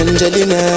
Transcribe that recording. Angelina